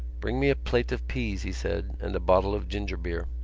bring me a plate of peas, he said, and a bottle of ginger beer.